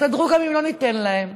יסתדרו גם אם לא ניתן להם.